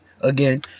again